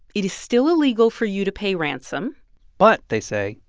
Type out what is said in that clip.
it is still illegal for you to pay ransom but, they say,